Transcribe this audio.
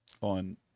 on